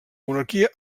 monarquia